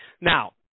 Now